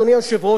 בבקשה, אדוני.